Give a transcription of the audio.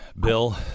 Bill